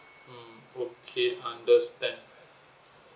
mm okay understand